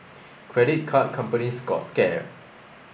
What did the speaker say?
credit card companies got scared